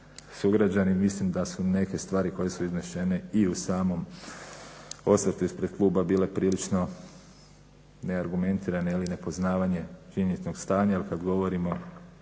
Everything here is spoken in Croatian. mislim da su neke stvari koje su iznošene i u samom osvrtu ispred kluba bile prilično neargumentirane ili nepoznavanje činjeničnog stanja jer kad govorimo